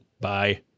bye